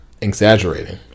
exaggerating